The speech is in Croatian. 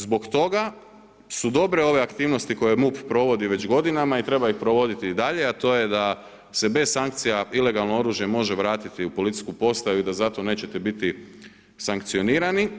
Zbog toga su dobre ove aktivnosti koje MUP provodi već godinama i treba ih provoditi i dalje a to je da se bez sankcija ilegalno oružje može vratiti u policijsku postaju i da za to neće biti sankcionirani.